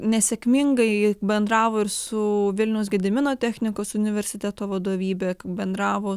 nesėkmingai bendravo ir su vilniaus gedimino technikos universiteto vadovybe bendravo